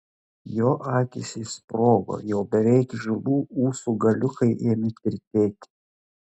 jo akys išsprogo jau beveik žilų ūsų galiukai ėmė tirtėti